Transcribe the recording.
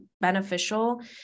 beneficial